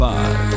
Five